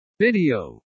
Video